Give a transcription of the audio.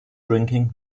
drinking